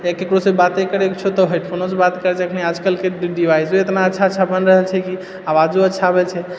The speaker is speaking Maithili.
या ककरोसँ बाते करैकऽ छौ तऽ हेडफोनेसँ बात कए सकबीही आज काल्हिके डी डिवाइसो इतना अच्छा अच्छा बनि रहल छै कि अवाजो अच्छा आबैत छै